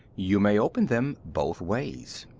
you may open them both ways.